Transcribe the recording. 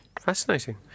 Fascinating